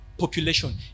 population